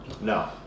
No